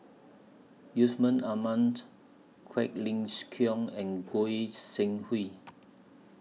Yusman Aman Quek Ling Kiong and Goi Seng Hui